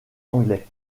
anglais